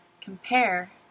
compare